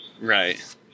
Right